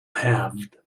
halved